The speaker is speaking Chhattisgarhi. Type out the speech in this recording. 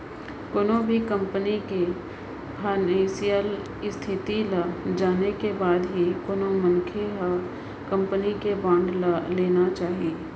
कोनो भी कंपनी के फानेसियल इस्थिति ल जाने के बाद ही कोनो मनसे ल कंपनी के बांड ल लेना चाही